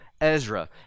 Ezra